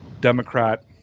Democrat